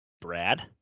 Brad